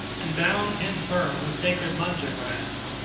and bound him firm with sacred munja grass,